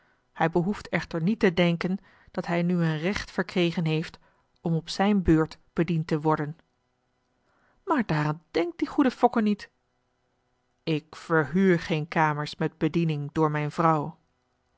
hij behoeft echter niet te denken dat hij nu een recht verkregen heeft om op zijn beurt bediend te worden maar daaraan denkt die goede fokke niet ik verhuur geen kamers met bediening door mijn vrouw